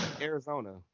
Arizona